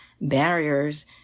barriers